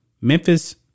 Memphis